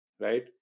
right